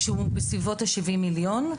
בסביבות 70 מיליון,